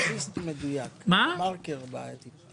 כלכליסט מדויק, דה-מרקר בעייתי.